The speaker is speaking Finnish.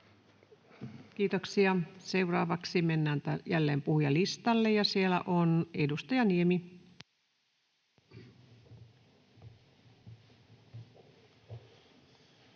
Kiitoksia. — Seuraavaksi mennään jälleen puhujalistalle, ja siellä on edustaja Niemi.